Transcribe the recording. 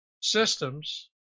systems